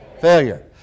Failure